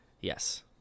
Yes